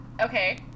okay